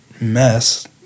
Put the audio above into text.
mess